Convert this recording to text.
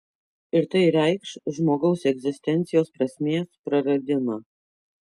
ir tai reikš žmogaus egzistencijos prasmės praradimą